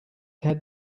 had